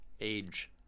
age